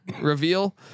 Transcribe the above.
Reveal